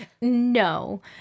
no